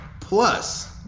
plus